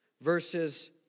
verses